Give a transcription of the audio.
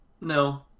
no